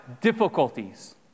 difficulties